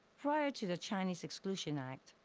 prior to the chinese exclusion act,